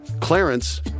Clarence